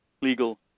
legal